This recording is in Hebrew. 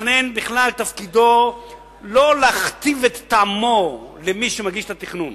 מתכנן מחוז נכנס לתפקידו לא להכתיב את טעמו למי שמגיש את התכנון,